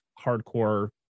hardcore